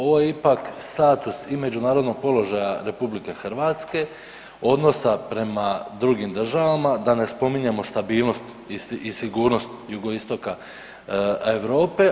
Ovo je ipak status i međunarodnog položaja RH, odnosa prema drugim državama da ne spominjemo stabilnost i sigurnost jugoistoka Europe.